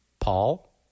Paul